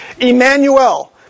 Emmanuel